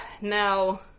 now